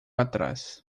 atrás